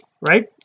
right